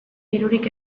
dirurik